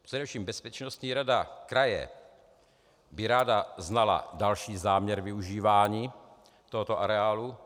Především bezpečnostní rada kraje by ráda znala další záměr využívání tohoto areálu.